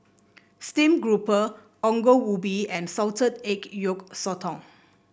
steam grouper Ongol Ubi and Salted Egg Yolk Sotong